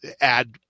add